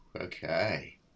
Okay